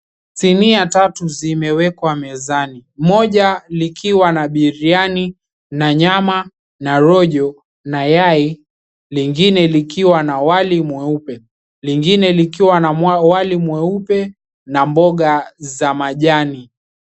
Sinia tatu zimewekwa mezani. Moja likiwa na biriani na nyama na rojo na yai, lingine likiwa na wali mweupe, lingine likiwa na wali mweupe na mboga za majani.